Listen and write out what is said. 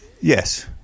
Yes